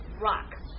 rock